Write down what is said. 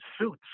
suits